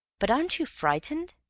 but aren't you frightened?